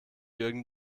jürgen